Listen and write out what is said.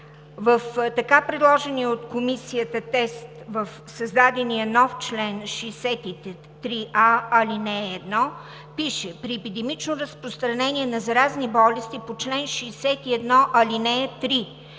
В така предложения от Комисията текст на създадения нов чл. 63а, ал. 1 пише: „При епидемично разпространение на заразни болести по чл. 61, ал. 3…“